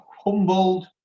humbled